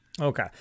Okay